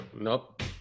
Nope